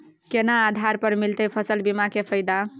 केना आधार पर मिलतै फसल बीमा के फैदा?